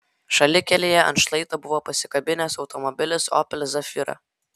šalikelėje ant šlaito buvo pasikabinęs automobilis opel zafira